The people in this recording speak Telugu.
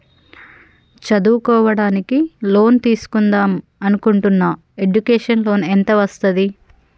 చదువుకోవడానికి లోన్ తీస్కుందాం అనుకుంటున్నా ఎడ్యుకేషన్ లోన్ ఎంత వస్తది?